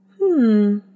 Hmm